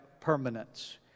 permanence